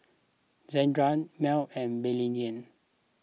Zandra Malik and Billye